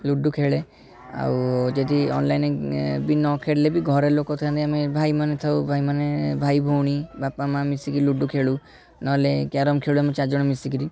ludo ଖେଳେ ଆଉ ଯଦି ଅନଲାଇନ୍ ବି ନ ଖେଳିଲେ ବି ଘରେ ଲୋକଥାନ୍ତି ଆମେ ଭାଇମାନେ ଥାଉ ଭାଇମାନେ ଭାଇଭଉଣୀ ବାପା ମାଆ ମିଶିକି ଲୁଡ଼ୁ ଖେଳୁ ନହେଲେ କ୍ୟାରମ୍ ଖେଳୁ ଆମେ ଚାରିଜଣ ମିଶିକିରି